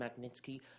Magnitsky